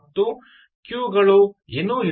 ಮತ್ತು ಕ್ಯೂ ಗಳು ಏನೂ ಇಲ್ಲ